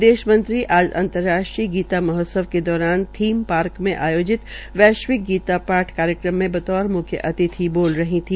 विदेश मंत्री आज अंतर्राष्ट्रीय गीता महोत्सव के दौरान थीम पार्क मे आयोजित वैश्विक गीता पाठ कार्यक्रम में बतौर मुख्य अतिथि बोल रही थी